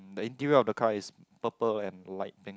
the interior of the car is purple and light pink